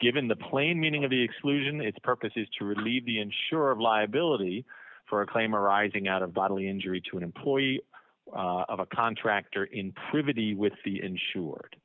given the plain meaning of the exclusion its purpose is to relieve the insurer of liability for a claim arising out of bodily injury to an employee of a contractor in privity with the insured